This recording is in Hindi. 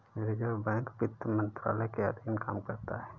रिज़र्व बैंक वित्त मंत्रालय के अधीन काम करता है